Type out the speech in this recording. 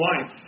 life